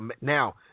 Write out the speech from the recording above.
Now